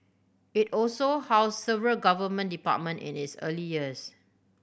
it also housed several Government department in its early years